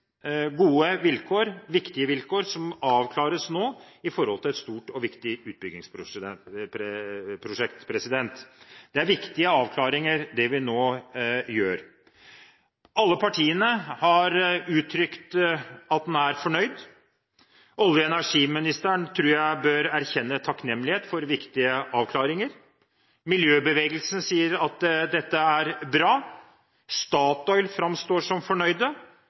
gode og viktige vilkår, som avklares nå rundt et stort og viktig utbyggingsprosjekt. Det er viktige avklaringer det vi nå gjør. Alle partiene har uttrykt at de er fornøyd. Olje- og energiministeren tror jeg bør erkjenne takknemlighet for viktige avklaringer. Miljøbevegelsen sier at dette er bra, Statoil framstår som